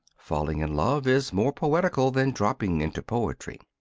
falling in love is more poetical than dropping into poetry.